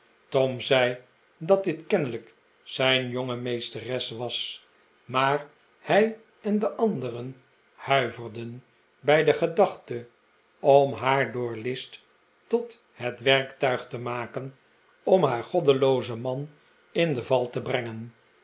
tom zei dat dit kennelijk zijn jonge meesteres was maar hij en de anderen huiverden bij de gedachte om haar door list tot het werktuig te maken om haar goddeloozen man in de val te brengen